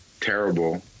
terrible